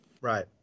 right